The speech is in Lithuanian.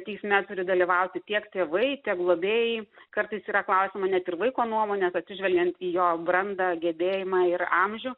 teisme turi dalyvauti tiek tėvai tiek globėjai kartais yra klausiama net ir vaiko nuomonės atsižvelgiant į jo brandą gebėjimą ir amžių